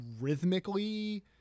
rhythmically